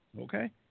okay